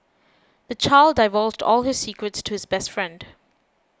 the child divulged all his secrets to his best friend